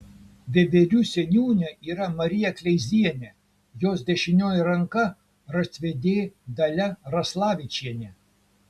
veiverių seniūnė yra marija kleizienė jos dešinioji ranka raštvedė dalia raslavičienė